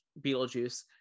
Beetlejuice